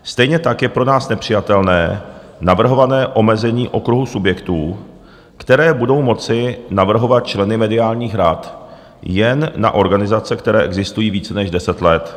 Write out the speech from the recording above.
Stejně tak je pro nás nepřijatelné navrhované omezení okruhu subjektů, které budou moci navrhovat členy mediálních rad, jen na organizace, které existují více než deset let.